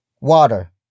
water